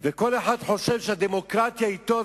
וכל אחד חושב שהדמוקרטיה אתו,